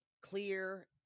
clear